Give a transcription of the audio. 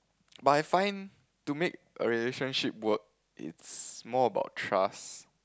but I find to make a relationship work it's more about trust